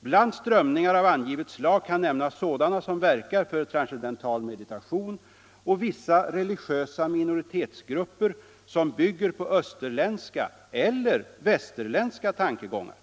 Bland strömningarav angivet slag kan nämnas sådana, som verkar för transcendental meditation och vissa religiösa minoritetsgrupper som bygger på österländska eller västerländska tankegångar.